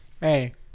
Hey